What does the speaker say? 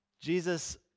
Jesus